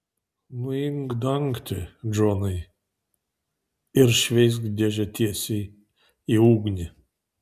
nuimk dangtį džonai ir šveisk dėžę tiesiai į ugnį